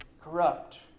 corrupt